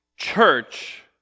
Church